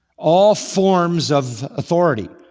all forms of authority.